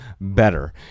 better